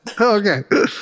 Okay